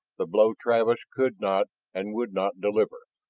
the blow travis could not and would not deliver.